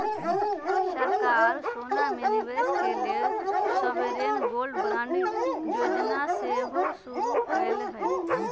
सरकार सोना में निवेश के लेल सॉवरेन गोल्ड बांड जोजना सेहो शुरु कयले हइ